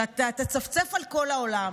שאתה תצפצף על כל העולם,